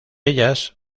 ellas